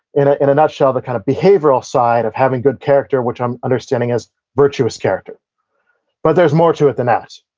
in ah in a nutshell, the kind of behavioral side of having good character, which i'm understanding as virtuous character but, there's more to it than that.